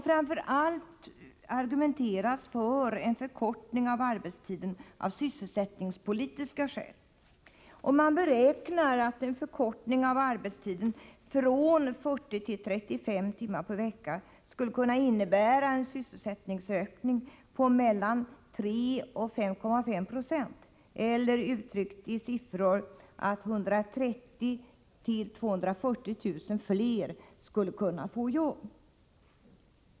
Framför allt argumenteras för en förkortning av arbetstiden av sysselsättningspolitiska skäl. Man beräknar att en förkortning av arbetstiden från 40 till 35 timmar per vecka skulle kunna innebära en sysselsättningsökning på mellan 3 96 och 5,5 96 eller, annorlunda uttryckt, att 130 000-240 000 fler människor skulle kunna få jobb.